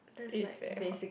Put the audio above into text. it is very hot